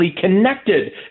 connected